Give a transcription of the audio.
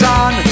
on